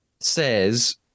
says